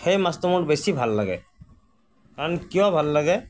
সেই মাছটো মোৰ বেছি ভাল লাগে কাৰণ কিয় ভাল লাগে